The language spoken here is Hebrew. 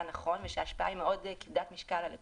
נכון ושההשפעה היא מאוד כבדת משקל על הלקוחות,